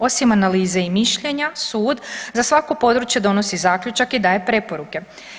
Osim analize i mišljenja, sud za svako područje donosi zaključak i daje preporuke.